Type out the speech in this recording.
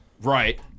right